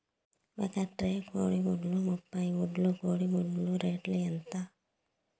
ఒక ట్రే కోడిగుడ్లు ముప్పై గుడ్లు కోడి గుడ్ల రేటు ఎంత?